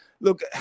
look